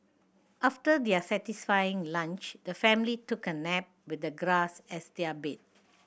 after their satisfying lunch the family took a nap with the grass as their bed